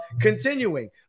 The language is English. Continuing